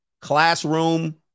classroom